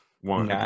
One